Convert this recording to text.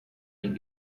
den